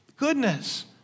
Goodness